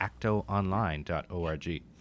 actoonline.org